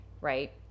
right